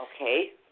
Okay